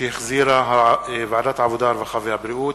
שהחזירה ועדת העבודה, הרווחה והבריאות,